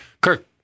Kirk